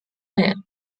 veel